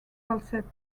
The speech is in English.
falsetto